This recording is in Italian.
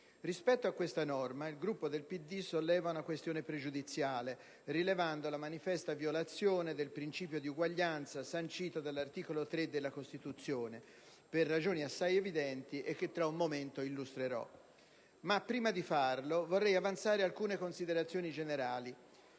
Rispetto a questa norma, il Gruppo del PD solleva una questione pregiudiziale, rilevando la manifesta violazione del principio di uguaglianza sancito dell'articolo 3 della Costituzione, per ragioni assai evidenti e che tra un momento illustrerò. Prima di farlo vorrei però avanzare alcune considerazioni generali.